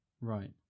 Right